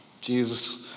Jesus